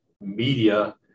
media